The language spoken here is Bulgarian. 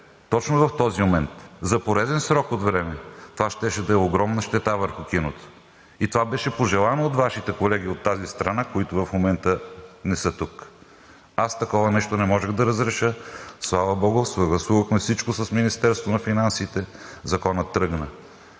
точно в този момент, за пореден срок от време – това щеше да е огромна щета върху киното. И това беше пожелано от Вашите колеги от тази страна, които в момента не са тук. Аз такова нещо не можех да разреша. Слава богу, съгласувахме всичко с Министерството на финансите – Законът тръгна.